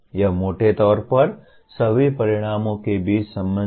यह मोटे तौर पर सभी परिणामों के बीच संबंध है